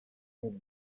nous